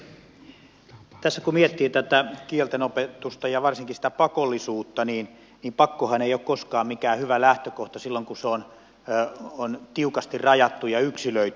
tässä kun miettii tätä kieltenopetusta ja varsinkin sitä pakollisuutta niin pakkohan ei ole koskaan mikään hyvä lähtökohta silloin kun se on tiukasti rajattu ja yksilöity